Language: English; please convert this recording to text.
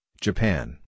Japan